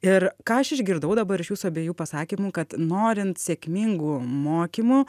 ir ką aš išgirdau dabar iš jūsų abiejų pasakymų kad norint sėkmingų mokymų